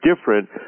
different